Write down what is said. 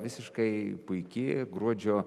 visiškai puiki gruodžio